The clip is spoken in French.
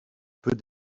peut